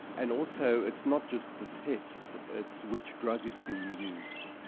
and also, it's not just the tests, it's which drug is being used.